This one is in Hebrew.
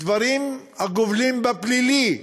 דברים הגובלים בפלילי,